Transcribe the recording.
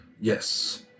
yes